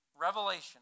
Revelation